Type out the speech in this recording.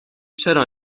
چرا